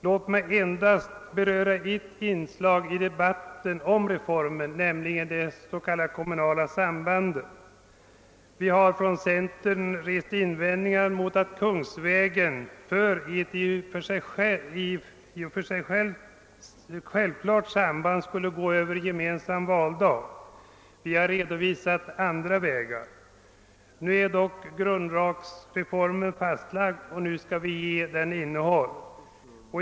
Låt mig endast beröra ett inslag i debatten om reformen, nämligen det s.k. kommunala sambandet. Vi har från centern rest invändningar mot att kungsvägen i ett självklart samband skulle gå över gemensam valdag. Vi har redovisat andra vägar Men grundlagsreformen är fastlagd och nu skall vi ge den innehåll.